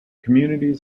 communities